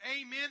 Amen